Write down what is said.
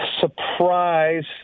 Surprise